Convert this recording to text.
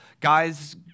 guys